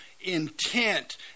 intent